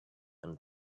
and